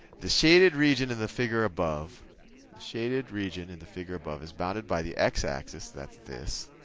the shaded region in the figure above shaded region in the figure above is bounded by the x-axis, that's this.